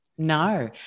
No